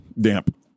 damp